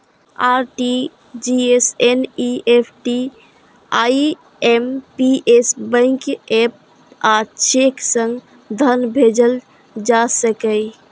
RTGS, NEFT, IMPS, bank app आ cheque सं धन भेजल जा सकैए